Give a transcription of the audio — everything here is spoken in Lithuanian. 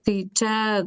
tai čia